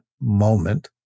moment